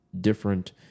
Different